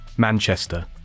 Manchester